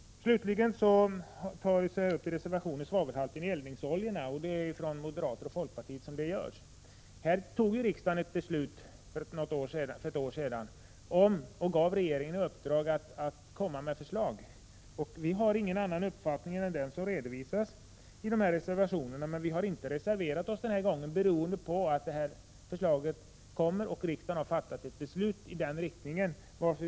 Slutligen tas i reservationer från moderater och folkpartister upp svavelhalten i eldningsoljor. Riksdagen fattade för något år sedan ett beslut och gav regeringen i uppdrag att komma med förslag. Vi har ingen annan uppfattning än den som redovisas i reservationerna, men vi har inte reserverat oss denna gång, beroende på att riksdagen har fattat ett beslut och att förslag skall komma i den riktningen.